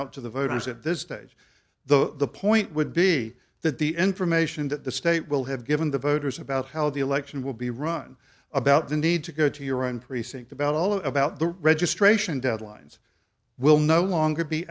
out to the voters at this stage the point would be that the information that the state will have given the voters about how the election will be run about the need to go to your own precinct about all about the registration deadlines will no longer be